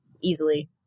easily